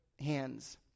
hands